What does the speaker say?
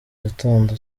gitondo